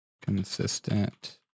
consistent